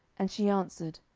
and she answered,